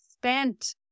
spent